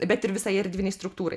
bet ir visai erdvinei struktūrai